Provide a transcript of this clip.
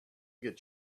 get